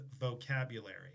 vocabulary